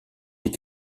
des